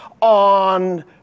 on